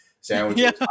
sandwiches